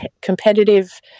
competitive